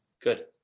Good